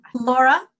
Laura